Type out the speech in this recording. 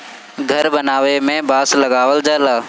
घर बनावे में बांस लगावल जाला